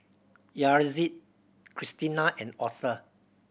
Yaretzi Cristina and Otha